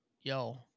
Yo